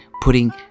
putting